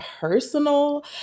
personal